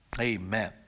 Amen